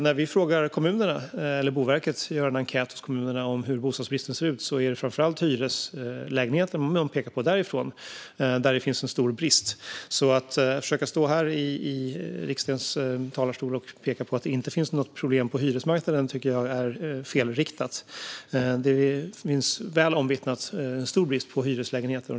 När Boverket gör enkäter hos kommunerna om hur bostadsbristen ser ut är det framför allt bristen på hyreslägenheter som kommunerna pekar på. Att stå här i riksdagens talarstol och påstå att det inte finns något problem på hyresmarknaden tycker jag är felriktat. Det finns, välomvittnat, en stor brist på hyreslägenheter.